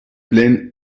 pleine